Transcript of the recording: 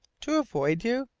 to avoid you?